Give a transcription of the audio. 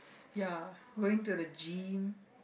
ya going to the gym